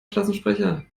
klassensprecher